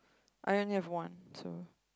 I only have one so